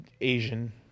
Asian